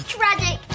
Tragic